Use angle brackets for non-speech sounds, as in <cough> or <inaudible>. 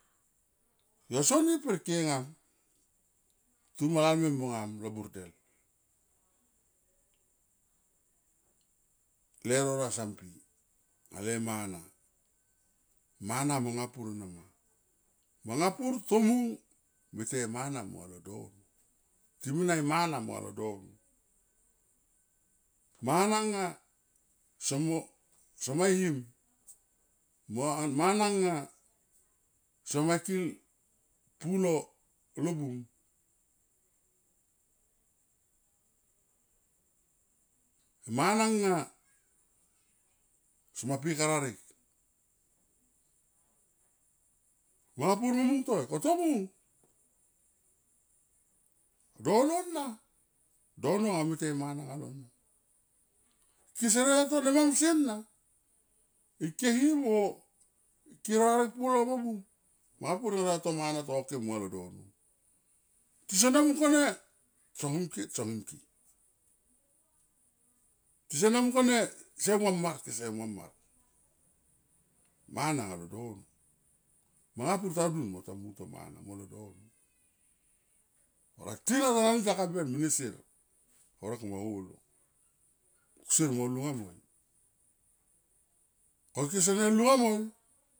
Yo soni per kenga tuma lalmem mangam lo burdel, leuro na son pi anga le mana, mana no manga pur ena ma, manga pur tomung me te e mana monga le dono, time na e mana monga lo dono. Mana nga somo, some him mo <hesitation> mana nga some kil pulo lobung, mana nga some pi kara rek. Manga pur me mung toi ko tomung, dono na dono nga o me te mana anga loi ena ma, kese re to ne mamsie na ike him o ike ro rarek pulo mo bum manga pur ena ta tomana to ke monga lo dono, tisone mung kone tsong him ke tsong him ke. Tisene munkane kese uma mar kese uma mar mana nga lo dono manga pur ta dun mo ta mung to mana molo dono, oriat tita nani taka ben mene sier horek mo holo kusier mo lunga moi ko ike sene lunga moi.